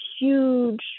huge